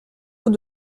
haut